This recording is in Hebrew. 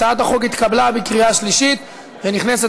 הצעת החוק התקבלה בקריאה שלישית ונכנסת